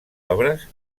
obres